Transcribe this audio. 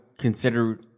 Consider